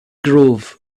grove